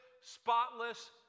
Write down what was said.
spotless